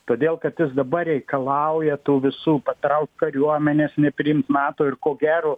todėl kad jis dabar reikalauja tų visų patraukt kariuomenes nepriimt nato ir ko gero